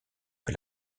que